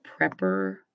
prepper